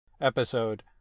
episode